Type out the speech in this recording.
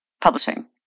publishing